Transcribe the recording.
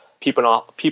People